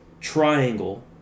triangle